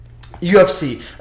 UFC